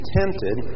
tempted